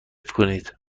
کنید